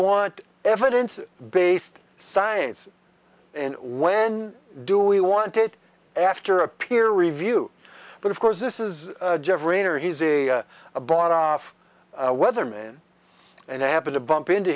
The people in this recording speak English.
want evidence based science and when do we want it after a peer review but of course this is jeff rainer he's a bought off a weatherman and i happen to bump into